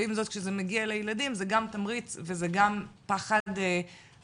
ועם זאת כשזה מגיע לילדים זה גם תמריץ וזה גם פחד אמיתי.